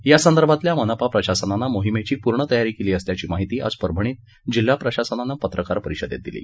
या संदर्भातील मनपा प्रशासनानं मोहिमेची पूर्ण तयारी केली असल्याची माहिती आज परभणीत जिल्हा प्रशासनानं पत्रकार परिषदेत दिली